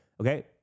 Okay